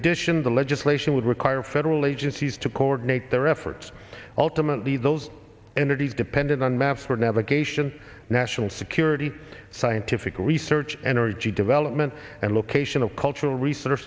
addition the legislation would require federal agencies to coordinate their efforts ultimately those in the he depended on maps for navigation national security scientific research energy development and location of cultural res